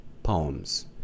poems